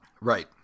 Right